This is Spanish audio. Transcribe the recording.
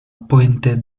puente